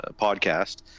podcast